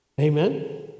amen